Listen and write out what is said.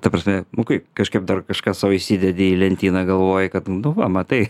ta prasme nu kaip kažkaip dar kažką sau įsidedi į lentyną galvoji kad nu va matai